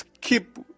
keep